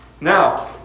Now